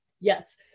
yes